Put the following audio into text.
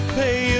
pay